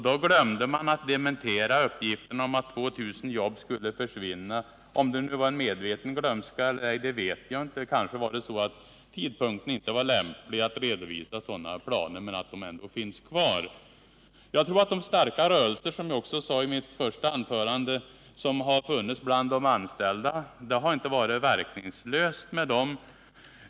Då glömde man bort att dementera uppgiften att 2 000 jobb skall försvinna. Jag vet inte om det var en medveten glömska eller ej. Kanske var det så att tidpunkten inte var lämplig för att redovisa sådana planer, men att de ändå finns kvar. Jag tror, som jag sade i mitt första anförande, att de starka rörelser som har funnits bland de anställda inte har varit verkningslösa.